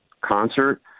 concert